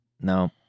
No